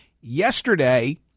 Yesterday